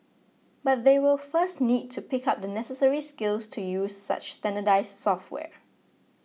but they will first need to pick up the necessary skills to use such standardized software